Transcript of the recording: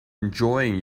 enjoying